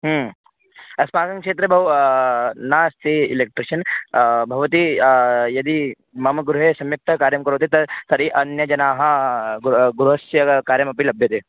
अस्माकं क्षेत्रे बहु नास्ति एलेक्ट्रिशन् भवती यदि मम गृहे सम्यक्तया कार्यं करोति त तर्हि अन्यजनानां गु गृहस्य कार्यमपि लभ्यते